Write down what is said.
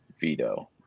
veto